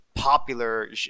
popular